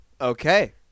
Okay